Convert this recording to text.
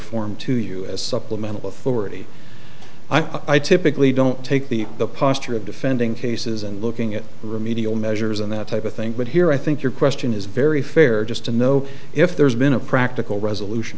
form to you as supplemental authority i typically don't take the the posture of defending cases and looking at remedial measures and that type of thing but here i think your question is very fair just to know if there's been a practical resolution